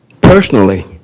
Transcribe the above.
personally